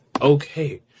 okay